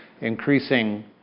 increasing